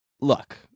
Look